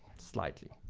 slightly.